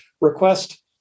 request